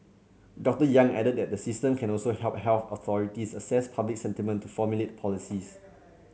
Doctor Yang added that the system can also help health authorities assess public sentiment to formulate policies